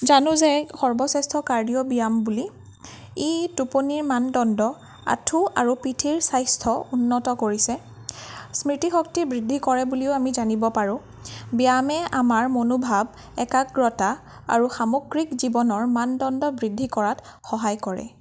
জানো যে সৰ্বশ্ৰেষ্ঠ কাৰ্ডিঅ' ব্যায়াম বুলি ই টোপনিৰ মানদণ্ড আঁঠু আৰু পিঠিৰ স্বাস্থ্য উন্নত কৰিছে স্মৃতি শক্তি বৃদ্ধি কৰে বুলিও আমি জানিব পাৰোঁ ব্যায়ামে আমাৰ মনোভাৱ একাগ্ৰতা আৰু আৰু সামগ্ৰিক জীৱনৰ মানদণ্ড বৃদ্ধি কৰাত সহায় কৰে